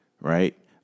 right